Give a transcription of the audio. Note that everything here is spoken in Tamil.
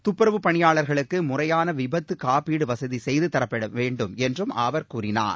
துப்புறவு பணியாளா்களுக்கு முறையான விபத்து காப்பீடு வசதி செய்து தரப்பட வேண்டும் என்றும் அவர் கூறினார்